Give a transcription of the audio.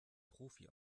profi